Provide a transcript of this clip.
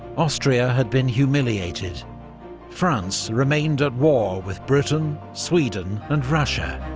austria had been humiliated france remained at war with britain, sweden and russia.